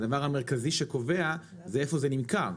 הדבר המרכזי שקובע זה איפה זה נמכר,